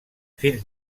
fins